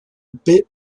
bit